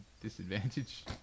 disadvantage